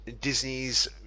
Disney's